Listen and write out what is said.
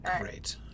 great